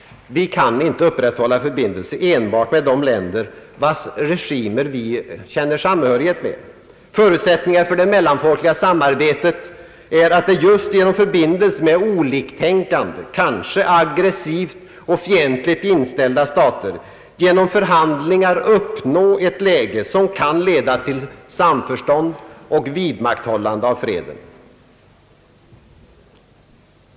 Vi kan inte upprätthålla förbindelser enbart med de länder vars regimer vi känner samhörighet med. Förutsättningen för det mellanfolkliga samarbetet är att just genom förbindelser med oliktänkande, kanske aggressivt och fientligt inställda stater, genom för handlingar uppnå ett läge som kan leda till samförstånd och vidmakthållande av freden.